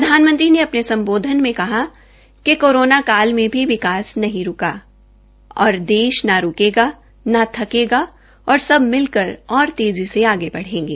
प्रधानमंत्री ने अपने सम्बोधन में कहा कि कोरोना काल में भी विकास नहीं रूका और देश न रूकेगा न थकेगा और सब मिलकर और तेज़ी से आगे बढ़ेगे